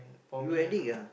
you addict ah